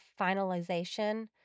finalization